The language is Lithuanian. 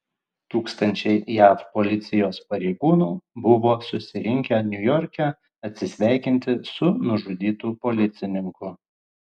tūkstančiai jav policijos pareigūnų buvo susirinkę niujorke atsisveikinti su nužudytu policininku